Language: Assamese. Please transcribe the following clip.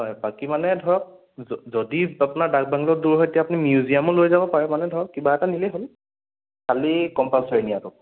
হয় বাকী মানে ধৰক যদি আপোনাৰ ডাকবাংলো দূৰ হয় তেতিয়া আপুনি মিউজিয়ামত লৈ যাব পাৰে মানে ধৰক কিবা এটাত নিলেই হ'ল খালি কম্পালচৰি নিয়াতো